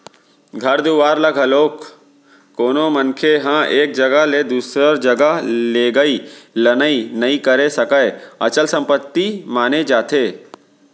घर दुवार ल घलोक कोनो मनखे ह एक जघा ले दूसर जघा लेगई लनई नइ करे सकय, अचल संपत्ति माने जाथे